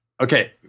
Okay